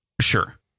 Sure